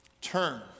Turn